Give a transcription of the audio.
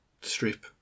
Strip